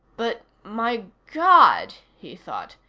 but my god! he thought.